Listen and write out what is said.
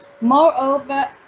Moreover